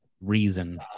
reason